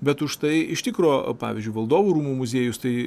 bet užtai iš tikro pavyzdžiui valdovų rūmų muziejus tai